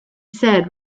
said